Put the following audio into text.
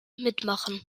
mitmachen